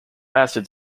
acid